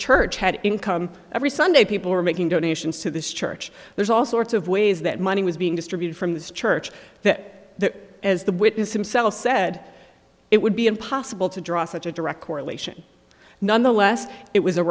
church had income every sunday people were making donations to this church there's all sorts of ways that money was being distributed from this church that as the witness himself said it would be impossible to draw such a direct correlation nonetheless it was a